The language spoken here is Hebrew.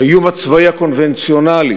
האיום הצבאי הקונבנציונלי